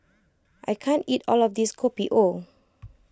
I can't eat all of this Kopi O